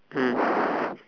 mm